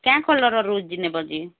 କେଁ କଲର୍ର ରୋଜ୍ ନେବ ଯେ